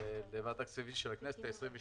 שלחנו רשימה לאישור ועדת הכספים של הכנסת ה-23,